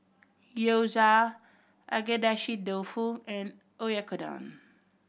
Gyoza Agedashi Dofu and Oyakodon